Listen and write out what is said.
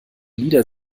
lieder